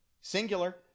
Singular